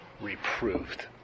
reproved